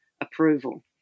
approval